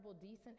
decent